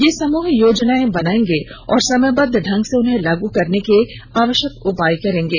ये समूह योजनाएं बनाएंगे और समयबद्ध ढंग से उन्हें लागू करने के आवश्यक उपाय करेंगे